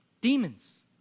demons